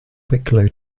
wicklow